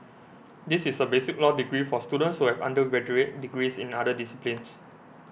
this is a basic law degree for students who have undergraduate degrees in other disciplines